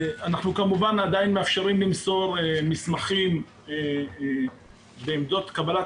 אנחנו כמובן עדיין מאפשרים למסור מסמכים בעמדות קבלת